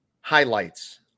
highlights